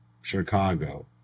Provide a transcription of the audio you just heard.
Chicago